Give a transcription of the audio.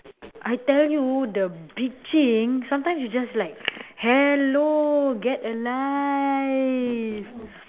I tell you the bitching sometimes you just like hello get a life